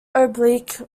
oblique